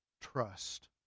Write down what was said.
Trust